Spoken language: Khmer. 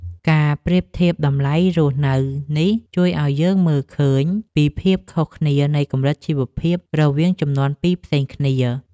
ការប្រៀបធៀបតម្លៃរស់នៅនេះជួយឱ្យយើងមើលឃើញពីភាពខុសគ្នានៃកម្រិតជីវភាពរវាងជំនាន់ពីរផ្សេងគ្នា។